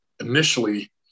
initially